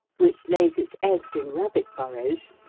which lays its eggs in rabbit burrows,